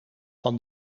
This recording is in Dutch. van